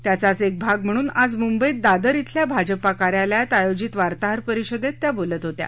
त्याचाच एक भाग म्हणून आज मुंबईत दादर खिल्या भाजपा कार्यालयात आयोजित वार्ताहर परिषदेत त्या बोलत होत्या